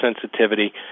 sensitivity